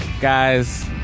guys